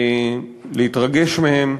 להתרגש מהן.